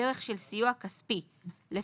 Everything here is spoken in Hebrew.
סיוע כספי 50. (א)